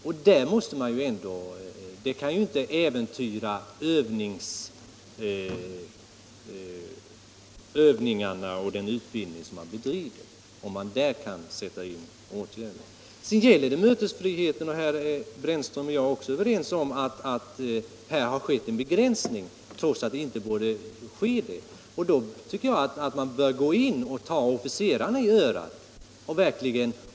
Övningarna och den utbildning som bedrivs kan ju inte äventyras om man vidtar åtgärder på detta område. I fråga om mötesfriheten är herr Brännström och jag överens om att det har skett en begränsning, trots att en sådan inte borde ske. Då tycker jag att man bör ta officerarna i örat.